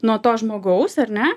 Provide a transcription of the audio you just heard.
nuo to žmogaus ar ne